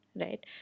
right